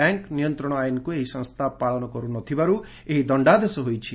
bank ନିୟନ୍ତ୍ରଣ ଆଇନକୁ ଏହି ସଂସ୍ଥା ପାଳନ କରୁନଥିବାରୁ ଏହି ଦଣ୍ଡାଦେଶ ହୋଇଛି